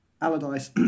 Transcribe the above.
Allardyce